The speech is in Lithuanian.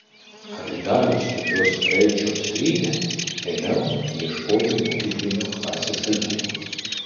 atidariusi jos kraičio skrynią ėmiau ieškoti mokyklinio klasės albumo